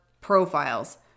profiles